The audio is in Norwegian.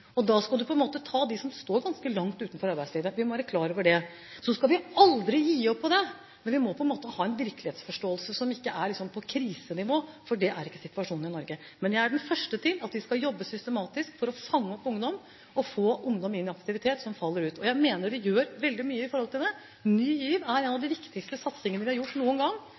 Da skal du på en måte ta med dem som står ganske langt utenfor arbeidslivet – vi må være klar over det. Vi skal aldri gi opp dette, men vi må på en måte ha en virkelighetsforståelse som ikke er på krisenivå, for det er ikke situasjonen i Norge. Jeg er den første til å si at vi skal jobbe systematisk for å fange opp ungdom og få ungdom som faller ut, inn i aktivitet. Jeg mener vi gjør veldig mye i forhold til det. Ny GIV er en av de viktigste satsingene vi har gjort noen gang.